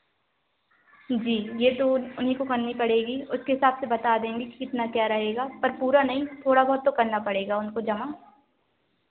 जी ये तो उन्हीं को करनी पड़ेगी उसके हिसाब से बता देंगे कि कितना क्या रहेगा पर पूरा नहीं थोड़ा बहुत तो करना पड़ेगा उनको जमा